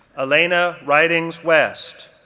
elena ridings west,